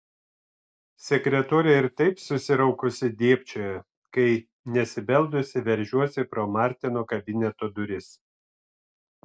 sekretorė ir taip susiraukusi dėbčioja kai nesibeldusi veržiuosi pro martino kabineto duris